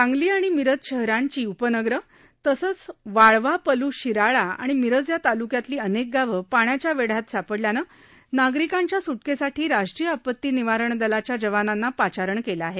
सांगली आणि मिरज शहरांची उपनगरं तसंच वाळवा पलूस शिराळा आणि मिरज या ताल्क्यांतली अनेक गावं पाण्याच्या वेढयात सापडल्यानं नागरिकांच्या सुटकेसाठी राष्ट्रीय आपती निवारण दलाच्या जवानांना पाचारण केलं आहे